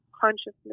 consciousness